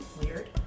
weird